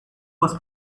was